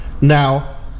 Now